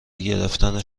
گرفتن